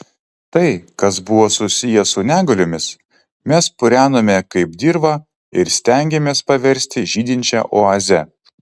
tai kas buvo susiję su negaliomis mes purenome kaip dirvą ir stengėmės paversti žydinčia oaze